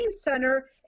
center